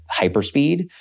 hyperspeed